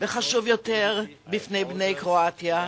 וחשוב יותר בפני בני קרואטיה,